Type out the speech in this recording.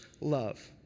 love